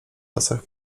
lasach